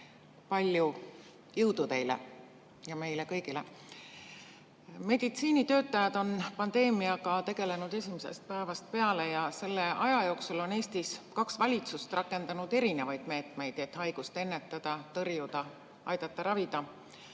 palju jõudu teile ja meile kõigile! Meditsiinitöötajad on pandeemiaga tegelenud esimesest päevast peale ja selle aja jooksul on Eestis kaks valitsust rakendanud erinevaid meetmeid, et haigust ennetada, tõrjuda, aidata ravida.